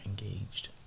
engaged